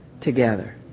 together